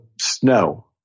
snow